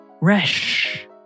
Resh